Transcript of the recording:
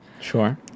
Sure